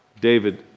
David